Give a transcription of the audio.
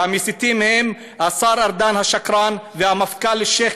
והמסיתים הם השר ארדן השקרן והמפכ"ל אלשיך,